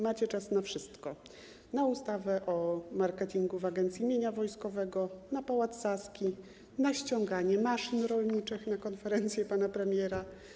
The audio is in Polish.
Macie czas na wszystko, na ustawę o marketingu w Agencji Mienia Wojskowego, na Pałac Saski, na ściąganie maszyn rolniczych na konferencje pana premiera.